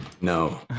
no